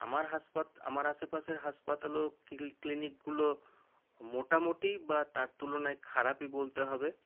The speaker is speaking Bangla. আমার হাসপাত আশেপাশের হাসপাতাল ও ক্লিনিকগুলো মোটামুটি বা তার তুলনায় খারাপই বলতে হবে